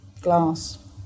glass